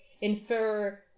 infer